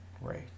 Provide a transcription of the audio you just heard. right